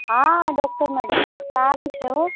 હા doctor madam સારું છે હોં